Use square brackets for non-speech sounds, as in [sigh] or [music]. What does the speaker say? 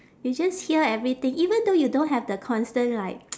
you just hear everything even though you don't have the constant like [noise]